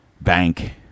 bank